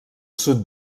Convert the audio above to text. sud